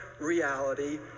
reality